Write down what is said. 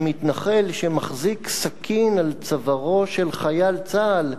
שמתנחל שמחזיק סכין על צווארו של חייל צה"ל,